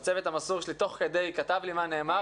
הצוות המסור שלי תוך כדי כתב לי מה נאמר,